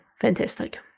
Fantastic